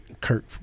Kirk